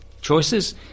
choices